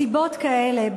בנסיבות כאלה,